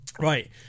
Right